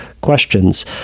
questions